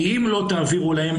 כי אם לא תעבירו להם,